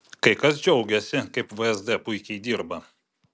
kai kas džiaugėsi kaip vsd puikiai dirba